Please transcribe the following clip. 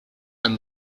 and